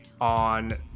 on